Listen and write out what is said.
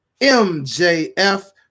MJF